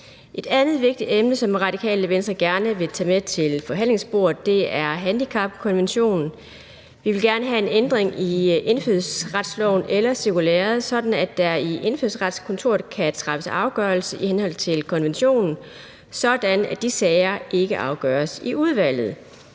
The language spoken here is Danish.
Et andet vigtigt emne, som Radikale Venstre gerne vil tage med til forhandlingsbordet, er handicapkonventionen. Vi vil gerne have en ændring i indfødsretsloven eller -cirkulæret, sådan at der i Indfødsretskontoret kan træffes en afgørelse i henhold til konventionen, sådan at de sager ikke afgøres i udvalget.